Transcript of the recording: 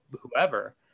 whoever